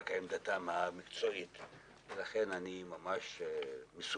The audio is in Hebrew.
ולא רק עמדתם המקצועית.